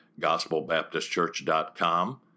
gospelbaptistchurch.com